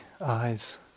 eyes